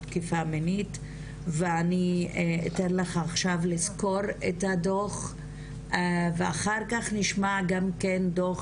תקיפה מינית ואני אתן לך עכשיו לסקור את הדוח ואחר כך נשמע גם כן דוח